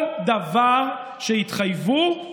כל דבר שהתחייבו,